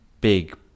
big